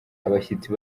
abashyitsi